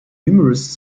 numerous